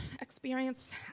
experience